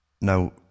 Now